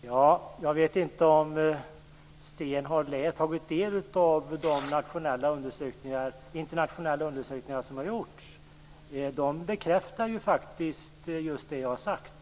Fru talman! Jag vet inte om Sten Andersson har tagit del av de internationella undersökningar som har gjorts och som faktiskt bekräftar det som jag har sagt.